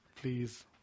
Please